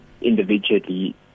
individually